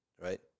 right